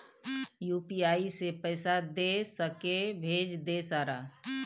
UPI से पैसा दे सके भेज दे सारा?